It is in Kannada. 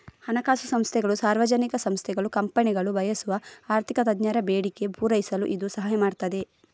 ಹಣಕಾಸು ಸಂಸ್ಥೆಗಳು, ಸಾರ್ವಜನಿಕ ಸಂಸ್ಥೆಗಳು, ಕಂಪನಿಗಳು ಬಯಸುವ ಆರ್ಥಿಕ ತಜ್ಞರ ಬೇಡಿಕೆ ಪೂರೈಸಲು ಇದು ಸಹಾಯ ಮಾಡ್ತದೆ